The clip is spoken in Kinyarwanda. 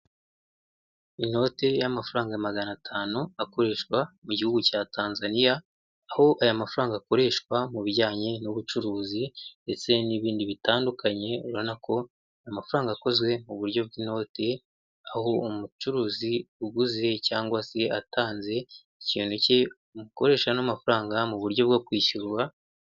Inote y'amafaranga magana atanu akoreshwa mu gihugu cya Tanzania aho aya mafaranga akoreshwa mu bijyanye n'ubucuruzi ndetse n'ibindi bitandukanye, urabona ko ni amafaranga akozwe mu buryo bw'inoti aho umucuruzi uguze cyangwa se atanze ikintu cye mukoresha ano mafaranga mu buryo bwo kwishyura.